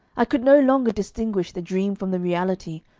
i could no longer distinguish the dream from the reality,